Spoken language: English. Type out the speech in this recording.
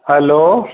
hello